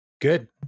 Good